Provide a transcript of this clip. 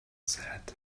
said